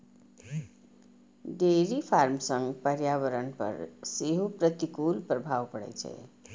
dairy farm सं पर्यावरण पर सेहो प्रतिकूल प्रभाव पड़ै छै